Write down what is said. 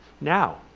now